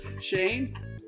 Shane